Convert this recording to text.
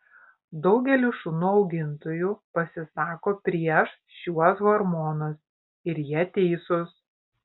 daugelis šunų augintojų pasisako prieš šiuos hormonus ir jie teisūs